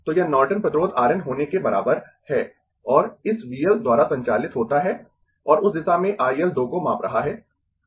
तो यह नॉर्टन प्रतिरोध R N होने के बराबर है और यह इस V L द्वारा संचालित होता है और उस दिशा में I L 2 को माप रहा है